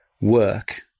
work